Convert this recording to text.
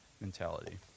mentality